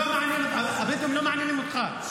הבדואים לא מעניינים אותך.